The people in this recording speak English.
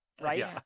right